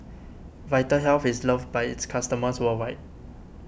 Vitahealth is loved by its customers worldwide